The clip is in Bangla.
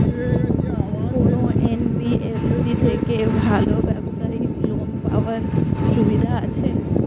কোন এন.বি.এফ.সি থেকে ভালো ব্যবসায়িক লোন পাওয়ার সুবিধা আছে?